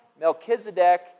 Melchizedek